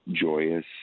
joyous